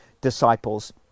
disciples